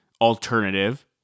alternative